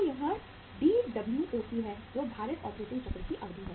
तो यह DWOC है जो भारित ऑपरेटिंग चक्र की अवधि है